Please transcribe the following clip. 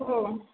हो